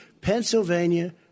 Pennsylvania